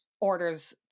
orders